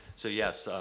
so yes,